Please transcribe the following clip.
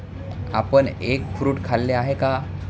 आपण egg fruit खाल्ले आहे का?